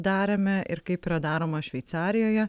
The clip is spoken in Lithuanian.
darėme ir kaip yra daroma šveicarijoje